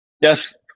yes